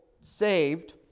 saved